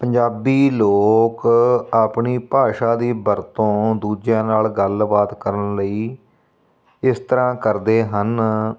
ਪੰਜਾਬੀ ਲੋਕ ਆਪਣੀ ਭਾਸ਼ਾ ਦੀ ਵਰਤੋਂ ਦੂਜਿਆਂ ਨਾਲ ਗੱਲਬਾਤ ਕਰਨ ਲਈ ਇਸ ਤਰ੍ਹਾਂ ਕਰਦੇ ਹਨ